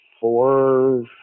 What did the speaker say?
four